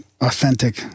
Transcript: authentic